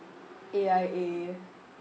A_I_A